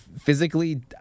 physically